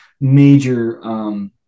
major